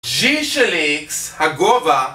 G של X, הגובה